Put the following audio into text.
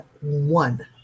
one